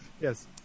Yes